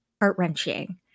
heart-wrenching